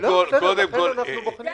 בסדר, לכן אנחנו בוחנים את זה.